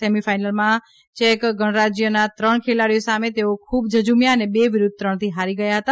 semi ફાઈનલમાં ચેક ગણરાજ્યના ત્રણ ખેલાડીઓ સામે તેઓ ખુબ ઝઝમ્યા અને બે વિરૂધ્ધ ત્રણ થી હારી ગયા હતા